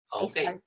Okay